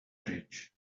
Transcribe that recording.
bridge